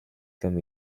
comme